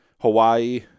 Hawaii